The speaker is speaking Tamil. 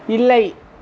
இல்லை